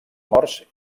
morts